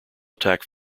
attack